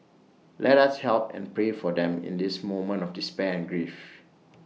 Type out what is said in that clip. let us help and pray for them in this moment of despair and grief